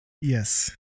Yes